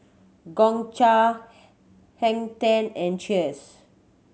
Gongcha Hang Ten and Cheers